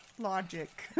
logic